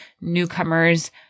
newcomers